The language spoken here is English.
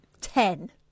ten